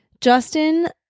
Justin